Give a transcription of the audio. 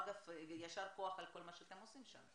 אגב, יישר כוח על כל מה שאתם עושים שם,